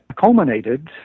culminated